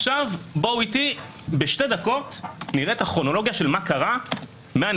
בואו איתי נראה את הכרונולוגיה של מה קרה מאז,